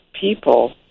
people